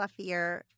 fluffier